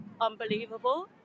unbelievable